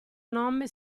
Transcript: nome